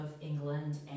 England